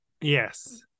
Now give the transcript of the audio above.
Yes